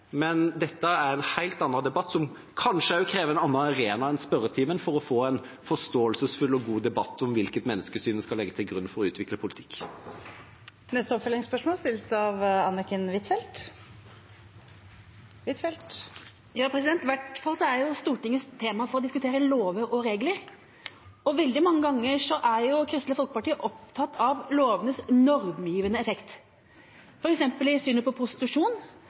men dette er en helt annen debatt, og det krever kanskje en annen arena enn spørretimen for å få en forståelsesfull og god debatt om hvilket menneskesyn vi skal legge til grunn for å utvikle politikk. Anniken Huitfeldt – til oppfølgingsspørsmål. Det er i hvert fall Stortingets tema å diskutere lover og regler, og veldig mange ganger er Kristelig Folkeparti opptatt av lovenes normgivende effekt. For eksempel i synet på prostitusjon,